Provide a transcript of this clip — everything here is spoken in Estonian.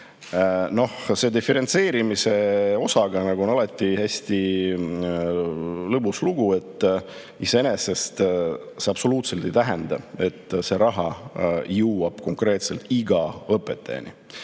Selle diferentseerimise osaga on alati hästi lõbus lugu, iseenesest see absoluutselt ei tähenda, et see raha jõuab konkreetselt iga õpetajani.